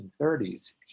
1930s